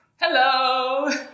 Hello